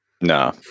No